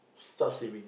start saving